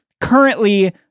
currently